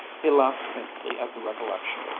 he laughed faintly at the recollection.